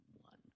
one